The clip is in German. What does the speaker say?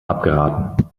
abgeraten